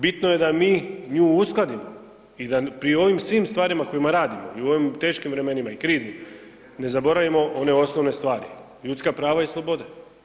Bitno je da mi nju uskladimo i da pri ovim stvarima kojima radimo i u ovim teškim vremenima i kriznim ne zaboravimo one osnovne stvari, ljudska prava i slobode.